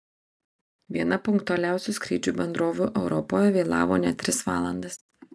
viena punktualiausių skrydžių bendrovių europoje vėlavo net tris valandas